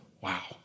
Wow